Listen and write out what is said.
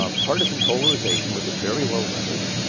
ah partisan polarization was at very low levels.